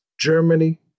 Germany